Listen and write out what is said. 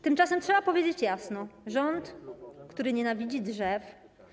Tymczasem trzeba powiedzieć jasno, że to rząd, który nienawidzi drzew.